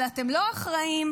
אבל אתם לא אחראים,